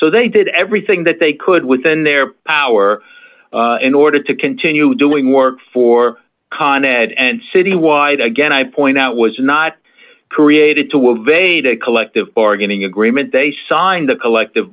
so they did everything that they could within their power in order to continue doing work for con ed and city wide again i point out was not created to of a to collective bargaining agreement they signed the collective